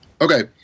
Okay